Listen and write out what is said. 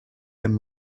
and